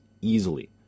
easily